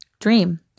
Dream